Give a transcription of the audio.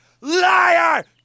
Liar